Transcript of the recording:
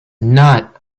not